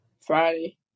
Friday